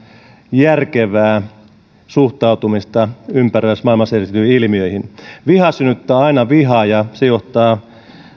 järkevää suhtautumista ympäröivässä maailmassa esiintyviin ilmiöihin viha synnyttää aina vihaa ja se johtaa